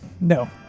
No